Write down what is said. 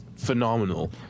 Phenomenal